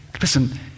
Listen